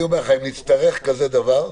אם נצטרך כזה דבר,